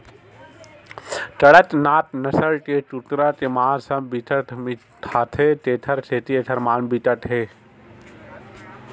कड़कनाथ नसल के कुकरा के मांस ह बिकट मिठाथे तेखर सेती एखर मांग बिकट हे